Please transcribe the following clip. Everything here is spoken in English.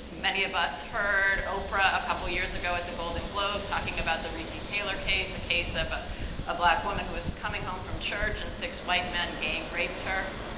many of us heard oprah a couple of years ago at the golden globes talking about the recy taylor case, a case of ah a black woman who was coming home from church and six white men gang rapped her